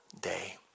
day